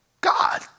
God